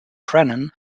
brennan